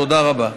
תודה רבה.